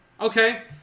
Okay